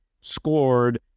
scored